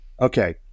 Okay